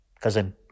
cousin